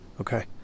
Okay